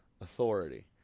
authority